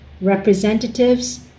representatives